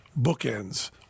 bookends